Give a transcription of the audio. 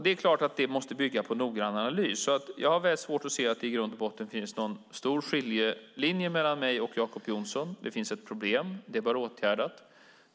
Det är klart att det måste bygga på en noggrann analys. Jag har därför mycket svårt att se att det i grund och botten finns någon stor skiljelinje mellan mig och Jacob Johnson. Det finns ett problem, och det bör åtgärdas.